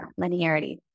linearity